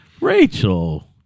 Rachel